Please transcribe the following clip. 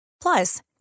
Plus